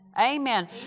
Amen